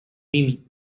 mimi